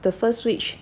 the first wish